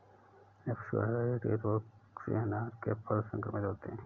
अप्सकवाइरोइड्स रोग से अनार के फल संक्रमित होते हैं